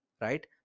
right